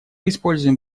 используем